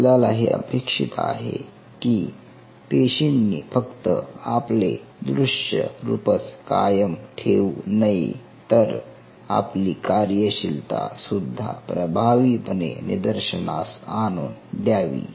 आपल्याला हे अपेक्षित आहे की पेशींनी फक्त आपले दृश्य रूपच कायम ठेवू नये तर आपली कार्यशीलता सुद्धा प्रभावीपणे निदर्शनास आणून द्यावी